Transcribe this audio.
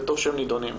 וטוב שהם נידונים.